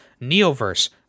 Neoverse